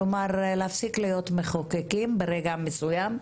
כלומר להפסיק להיות מחוקקים ברגע מסוים.